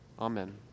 Amen